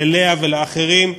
ללאה ולאחרים,